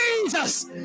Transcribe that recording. Jesus